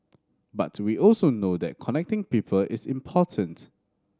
but we also know that connecting people is important